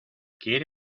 quiere